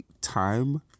time